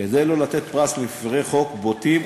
כדי לא לתת פרס למפרי חוק בוטים,